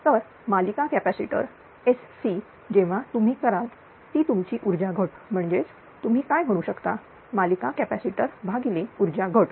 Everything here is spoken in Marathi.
तर मालिका कॅपॅसिटर जेव्हा तुम्ही कराल ती तुमची ऊर्जा घट म्हणजेच तुम्ही काय म्हणू शकता मालिका कॅपॅसिटर भागिले ऊर्जा घट